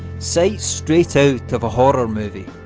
sights straight out of a horror movie.